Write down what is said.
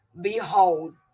behold